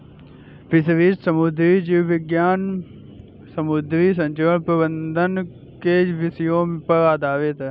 fisheries समुद्री जीव विज्ञान समुद्री संरक्षण प्रबंधन के विषयों पर आधारित है